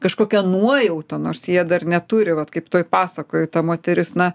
kažkokia nuojauta nors jie dar neturi vat kaip toj pasakoj ta moteris na